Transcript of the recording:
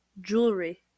Jewelry